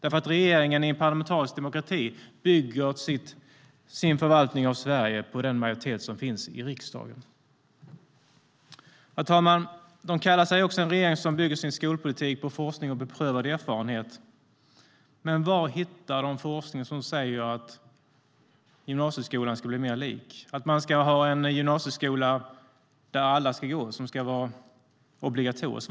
Regeringen i en parlamentarisk demokrati bygger ju sin förvaltning av Sverige på den majoritet som finns i riksdagen. Herr talman! De kallar sig också en regering som bygger sin skolpolitik på forskning och beprövad erfarenhet. Men var hittar de forskning som säger att gymnasieskolan ska bli mer lik, att man ska ha en gymnasieskola där alla ska gå, som ska vara obligatorisk?